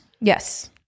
Yes